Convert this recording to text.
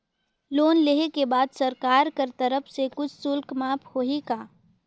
Loan लेहे के बाद सरकार कर तरफ से कुछ शुल्क माफ होही का?